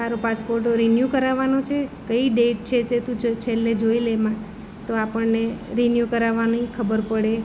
તારો passport renew કરાવવાનો છે કઈ ડેટ છે તે તું ચ છેલ્લે જોઈ એમાં તો અ આપણને રિન્યૂ કરાવવાની ખબર પડે